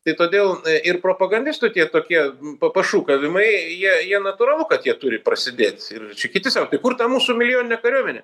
tai todėl ir propagandistų tie tokie pa pašūkavimai jie jie natūralu kad jie turi prasidėt ir čia kiti sako tai kur ta mūsų milijoninė kariuomenė